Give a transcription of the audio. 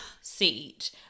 seat